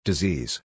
Disease